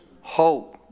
hope